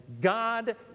God